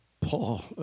Paul